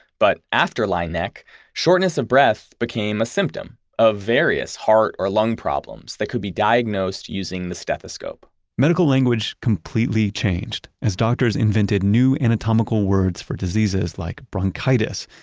but after laennec, shortness of breath became a symptom of various heart or lung problems that could be diagnosed using the stethoscope medical language completely changed as doctors invented new anatomical words for diseases like bronchitis,